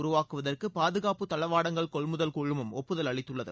உருவாக்குவதற்கு பாதுகாப்பு தளவாடங்கள் கொள்முதல் குழுமம் ஒப்புதல் அளித்துள்ளது